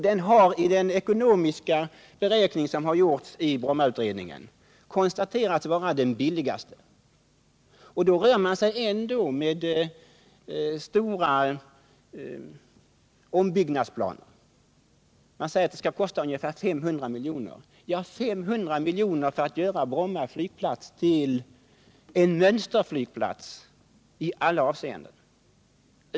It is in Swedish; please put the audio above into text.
Den har i den ekonomiska beräkning som gjorts i Brommautredningen konstaterats vara den billigaste. I det sammanhanget rör man sig ändå med stora ombyggnadsplaner, vars genomförande skulle kosta ungefär 500 milj.kr. Med tillgång till 500 miljoner kan man göra Bromma flygplats till en mönsterflygplats i alla avseenden.